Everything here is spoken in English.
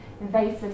invasive